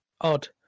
odd